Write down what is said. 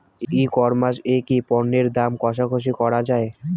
ই commerce এ কি পণ্যের দর কশাকশি করা য়ায়?